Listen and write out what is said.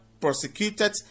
prosecuted